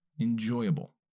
enjoyable